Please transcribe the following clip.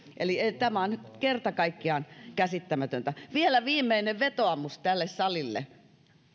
eli tämä on kerta kaikkiaan käsittämätöntä vielä viimeinen vetoomus tälle salille